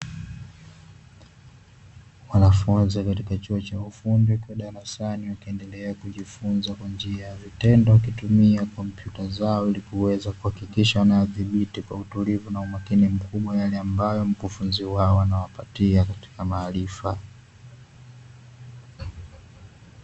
Wanafunzi katika chuo cha ufundi wakiwa darasani wakiendelea kujifunza kwa njia ya vitendo wakitumia kompyuta zao, ili kuweza ili kuweza kuhakikisha kwa udhabiti, utulivu na umakini mkubwa ambao mkufunzi wao anawapatia katika maarifa.